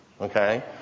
okay